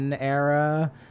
era